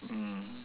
mm